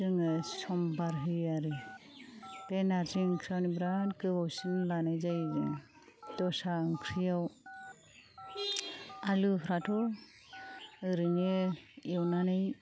जोङो समबार होयो आरो बे नार्जि ओंख्रियावनो बिराथ गोबावसिन लानाय जायो जोङो दस्रा ओंख्रिआव आलुफ्राथ' ओरैनो एवनानै